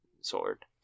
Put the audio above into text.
sword